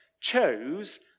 chose